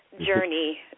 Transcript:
journey